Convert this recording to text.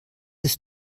ist